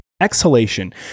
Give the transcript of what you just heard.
exhalation